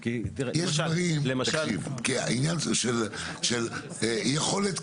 אם יש סיבה אחרת נוספת לחסמים שתוארו